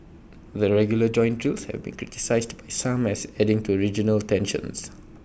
the regular joint drills have been criticised by some as adding to regional tensions